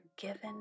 forgiven